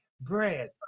bread